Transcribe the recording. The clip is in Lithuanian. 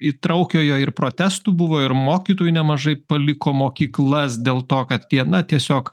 įtraukiojo ir protestų buvo ir mokytojų nemažai paliko mokyklas dėl to kad tie na tiesiog